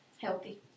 Healthy